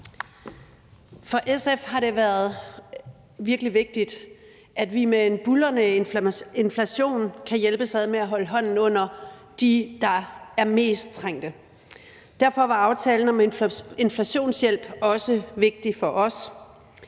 For SF har det været virkelig vigtigt, at vi med en buldrende inflation kan hjælpes ad med at holde hånden under dem, der er mest trængte. Derfor var »Aftale om inflationshjælp« også vigtig for os.